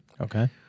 Okay